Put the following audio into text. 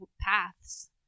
paths